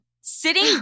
sitting